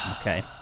Okay